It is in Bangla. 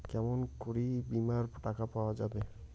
কেমন করি বীমার টাকা পাওয়া যাবে?